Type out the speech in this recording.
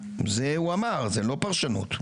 זה הוא אמר, זו לא פרשנות.